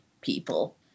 people